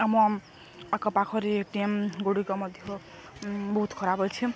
ଆମ ଆଖ ପାାଖରେ ଟିମ୍ ଗୁଡ଼ିକ ମଧ୍ୟ ବହୁତ ଖରାପ ଅଛି